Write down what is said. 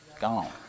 Gone